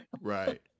Right